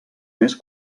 més